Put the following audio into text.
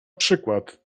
przykład